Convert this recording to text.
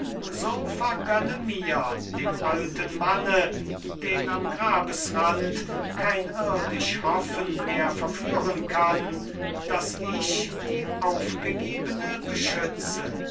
so vergönne mir dem alten manne den am grabesrand kein irdisch hoffen mehr verführen kann daß ich die aufgegebene beschütze